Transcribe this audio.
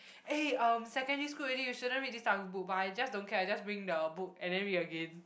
eh um secondary school already you shouldn't read this type of book but I just don't care I just bring the book and then read again